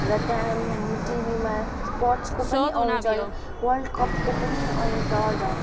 त त्यहाँ टिभीमा स्पोर्टस्को पनि आउँछ वर्ल्ड कपको पनि आउँछ र